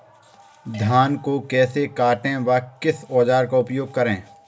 धान को कैसे काटे व किस औजार का उपयोग करें?